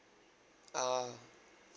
ah